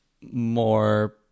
more